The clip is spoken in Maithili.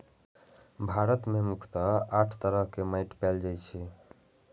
भारत मे मुख्यतः आठ तरह के माटि पाएल जाए छै